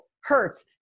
hurts